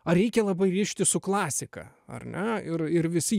ar reikia labai rišti su klasika ar ne ir ir visi